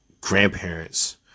grandparents